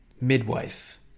midwife